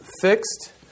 fixed